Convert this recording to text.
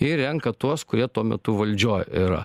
ir renka tuos kurie tuo metu valdžioj yra